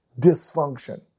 dysfunction